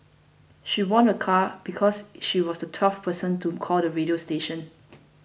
she won a car because she was the twelfth person to call the radio station